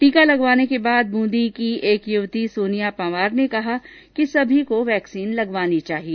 टीका लगवाने के बाद बूंदी शहर की एक युवती सोनिया पंवार ने कहा कि सभी को वैक्सीन लगवानी चाहिए